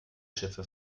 schiffe